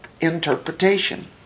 interpretation